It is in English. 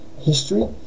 history